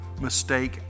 mistake